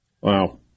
Wow